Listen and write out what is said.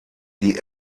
die